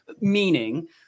Meaning